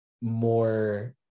more